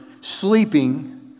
sleeping